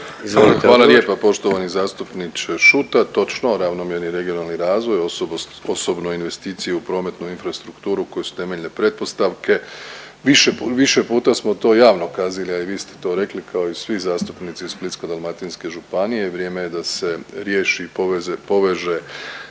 Hvala lijepa poštovani zastupniče Šuta. Točno, ravnomjeran regionalnih razvoj osobno investicije u prometnu infrastrukturu koje su temeljne pretpostavke. Više puta smo to javno kazali, a i vi ste to rekli kao i svi zastupnici iz Splitsko-dalmatinske županije i vrijeme je da se riješi i poveže